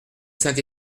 saint